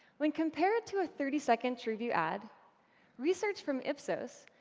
when compared to a thirty-second trueview ad research from ipsos,